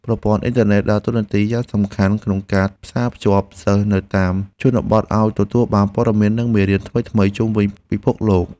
ប្រព័ន្ធអ៊ីនធឺណិតដើរតួនាទីយ៉ាងសំខាន់ក្នុងការផ្សារភ្ជាប់សិស្សនៅតាមជនបទឱ្យទទួលបានព័ត៌មាន និងមេរៀនថ្មីៗពីជុំវិញពិភពលោក។